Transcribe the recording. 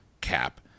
Cap